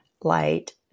light